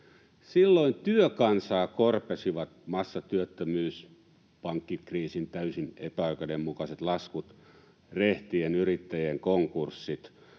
Silloin työkansaa korpesivat massatyöttömyys, pankkikriisin täysin epäoikeudenmukaiset laskut, rehtien yrittäjien konkurssit,